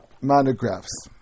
monographs